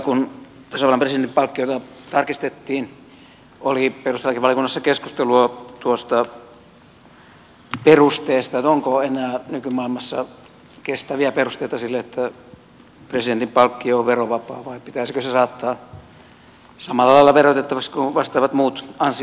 kun edelliskerralla tasavallan presidentin palkkiota tarkistettiin oli perustuslakivaliokunnassa keskustelua tuosta perusteesta että onko enää nykymaailmassa kestäviä perusteita sille että presidentin palkkio on verovapaa vai pitäisikö se saattaa samalla lailla verotettavaksi kuin vastaavat muut ansiotulot